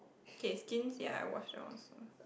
okay Skins ya I watch that one also